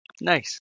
Nice